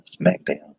SmackDown